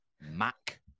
Mac